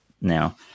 now